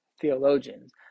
theologians